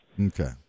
Okay